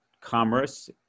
commerce